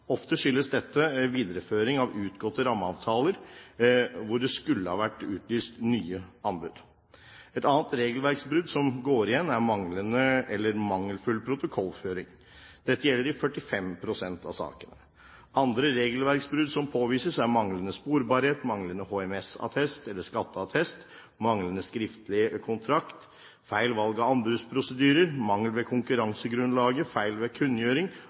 Ofte skyldes dette videreføring av utgåtte rammeavtaler, hvor det skulle ha vært utlyst nye anbud. Et annet regelverksbrudd som går igjen, er manglende eller mangelfull protokollføring. Dette gjelder i 45 pst. av sakene. Andre regelverksbrudd som påvises, er manglende sporbarhet, manglende HMS-attest eller skatteattest, manglende skriftlig kontrakt, feil valg av anbudsprosedyrer, mangler ved konkurransegrunnlaget, feil ved kunngjøring